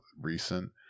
recent